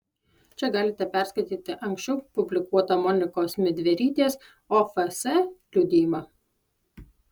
čia galite perskaityti anksčiau publikuotą monikos midverytės ofs liudijimą